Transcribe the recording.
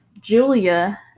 Julia